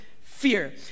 fear